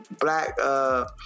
black